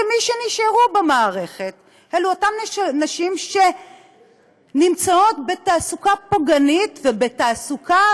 מי שנשארו במערכת אלה אותן נשים שנמצאות בתעסוקה פוגענית ובתעסוקה